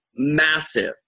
Massive